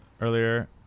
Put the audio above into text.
earlier